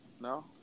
No